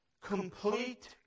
complete